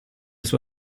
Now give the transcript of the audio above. suo